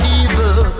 evil